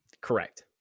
Correct